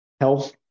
health